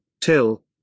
till